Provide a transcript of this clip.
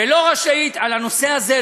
ולא רשאית על הנושא הזה,